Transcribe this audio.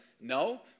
No